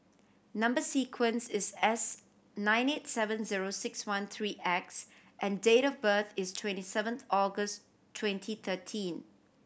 number sequence is S nine eight seven zero six one three X and date of birth is twenty seven August twenty thirteen